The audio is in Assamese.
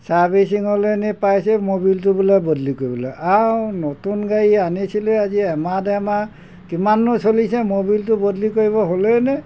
ছাৰ্ভিচিঙলৈ পাইছে ম'বিলটো বোলে বদলি কৰিবলৈ আৰু নতুন গাড়ী আনিছিলোঁ আজি এমাহ ডেৰ মাহ কিমানো চলিছে মবিলটো বদলি কৰিব হ'লেই নে